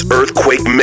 Earthquake